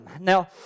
now